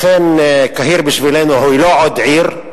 לכן קהיר בשבילנו היא לא עוד עיר,